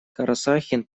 карасахин